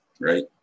right